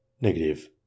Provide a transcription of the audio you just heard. Negative